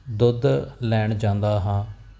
ਦੁੱਧ ਲੈਣ ਜਾਂਦਾ ਹਾਂ